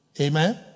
Amen